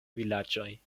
vilaĝoj